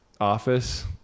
office